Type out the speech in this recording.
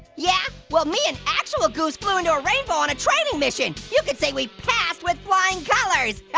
yeah? well me an actual goose flew into a rainbow on a training mission. you could say we passed with flying colors